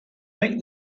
make